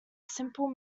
simple